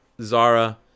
Zara